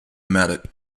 medic